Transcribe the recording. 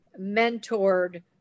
mentored